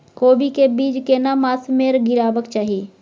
कोबी के बीज केना मास में गीरावक चाही?